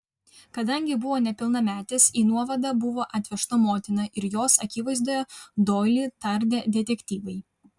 kadangi buvo nepilnametis į nuovadą buvo atvežta motina ir jos akivaizdoje doilį tardė detektyvai